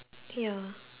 ya